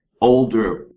older